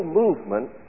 movement